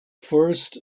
first